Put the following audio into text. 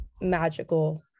magical